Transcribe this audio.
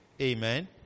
Amen